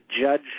judge